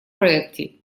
проекте